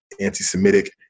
anti-Semitic